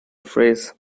phrase